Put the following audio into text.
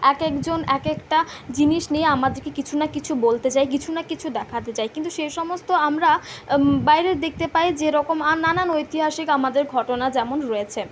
এক একজন এক একটা জিনিস নিয়ে আমাদেরকে কিছু না কিছু বলতে চায় কিছু না কিছু দেখাতে চায় কিন্তু সে সমস্ত আমরা বাইরের দেখতে পাই যেরকম আর নানান ঐতিহাসিক আমাদের ঘটনা যেমন রয়েছে